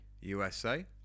USA